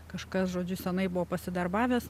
kažkas žodžiu senai buvo pasidarbavęs